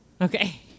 Okay